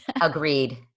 Agreed